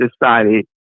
decided